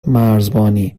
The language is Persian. مرزبانی